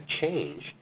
change